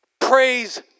Praise